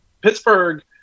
Pittsburgh